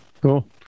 Cool